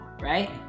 right